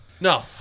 No